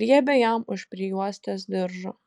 griebė jam už prijuostės diržo